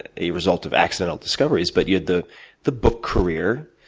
the result of accidental discoveries. but, yeah the the book career,